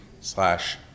slash